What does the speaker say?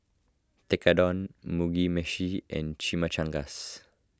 Tekkadon Mugi Meshi and Chimichangas